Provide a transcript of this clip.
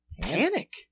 panic